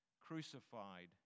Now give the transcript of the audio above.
crucified